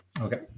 Okay